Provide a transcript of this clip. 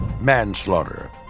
manslaughter